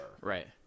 Right